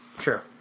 sure